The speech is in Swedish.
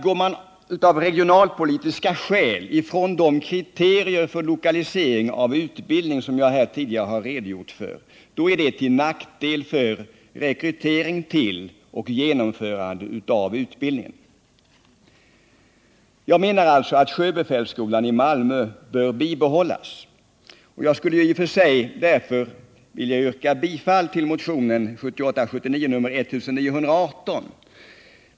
Går man av regionpolitiska skäl ifrån de kriterier för lokalisering av utbildning, som jag tidigare har redogjort för, är det till nackdel Jag anser att sjöbefälsskolan i Malmö bör bibehållas, och jag skulle i och för sig därför vilja yrka bifall till motionen 1978/79:1918.